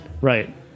right